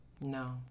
No